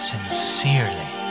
Sincerely